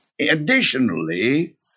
Additionally